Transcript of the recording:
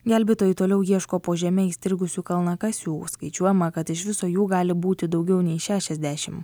gelbėtojai toliau ieško po žeme įstrigusių kalnakasių skaičiuojama kad iš viso jų gali būti daugiau nei šešiasdešimt